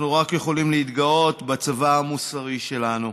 אנחנו רק יכולים להתגאות בצבא המוסרי שלנו.